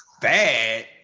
bad